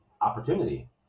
opportunity